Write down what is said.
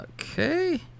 Okay